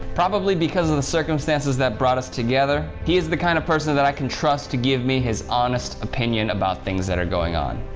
probably because of the circumstances that brought us together, he's the kind of person that i can trust to give me his honest opinion about things that are going on.